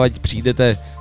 přijdete